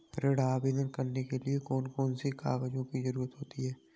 ऋण आवेदन करने के लिए कौन कौन से कागजों की जरूरत होती है?